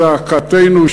זעקתנו,